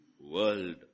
world